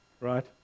right